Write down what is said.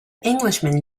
englishman